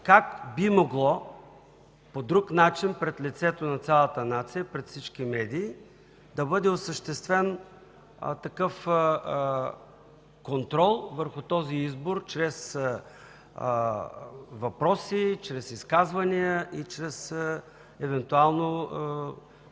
как би могло по друг начин пред лицето на цялата нация и пред всички медии да бъде осъществен такъв контрол върху този избор чрез въпроси, чрез изказвания и евентуално